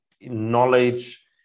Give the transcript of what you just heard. knowledge